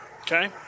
Okay